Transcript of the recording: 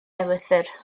ewythr